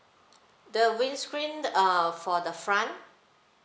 the windscreen uh for the front